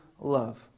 love